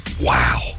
wow